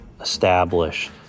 establish